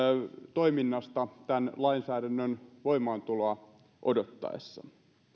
toiminnasta tämän lainsäädännön voimaantuloa odottaessa tämän